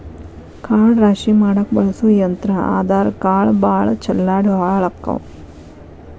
ಕಾಳ ರಾಶಿ ಮಾಡಾಕ ಬಳಸು ಯಂತ್ರಾ ಆದರಾ ಕಾಳ ಭಾಳ ಚಲ್ಲಾಡಿ ಹಾಳಕ್ಕಾವ